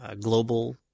global